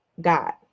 God